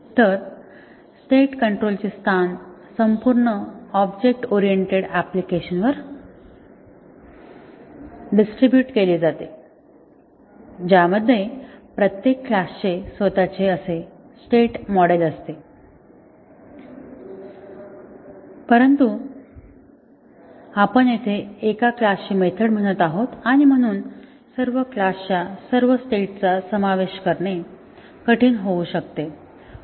तर स्टेट कंट्रोलचे स्थान संपूर्ण ऑब्जेक्ट ओरिएंटेड ऍप्लिकेशनवर डिस्ट्रिब्युट केले जाते ज्यामध्ये प्रत्येक क्लास चे स्वतःचे असे स्टेट मॉडेल असते परंतु आपण येथे एका क्लासची मेथड म्हणत आहोत आणि म्हणून सर्व क्लासच्या सर्व स्टेट्सचा समावेश करणे कठीण होऊ शकते